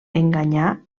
enganyar